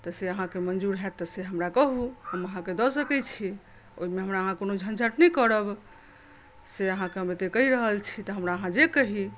तऽ से अहाँकेँ मन्जूर होएत तऽ से हमरा कहू हम अहाँकेँ दऽ सकै छी ओहिमे अहाँ हमरा कोनो झन्झट नहि करब से हम अहाँकेँ एते कहि रहल छी तऽ हमरा अहाँ जे कही